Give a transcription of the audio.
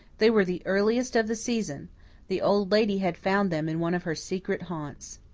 they were the earliest of the season the old lady had found them in one of her secret haunts.